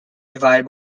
divide